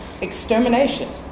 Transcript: extermination